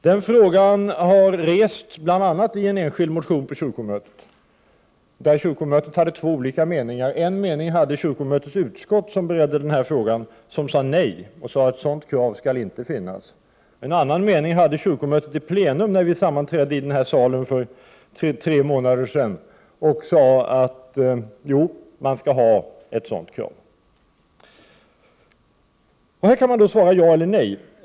Denna fråga har väckts bl.a. i en enskild motion under kyrkomötet. Kyrkomötet hade två olika meningar. I kyrkomötets utskott, som beredde frågan, sade man nej till att ett sådant krav inte skall finnas. En annan mening hade man i kyrkomötets plenum, när vi sammanträdde i denna sal för tre månader sedan. Då sade man att vi skulle ha ett sådant krav. Man kan svara ja eller nej på denna fråga.